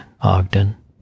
Ogden